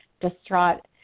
distraught